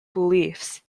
beliefs